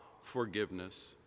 forgiveness